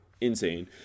insane